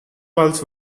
walls